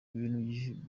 ibintu